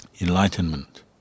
enlightenment